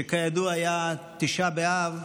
שכידוע היה תשעה באב,